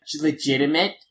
legitimate